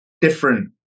different